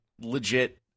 legit